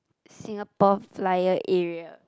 Singapore-Flyer area